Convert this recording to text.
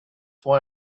why